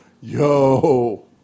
yo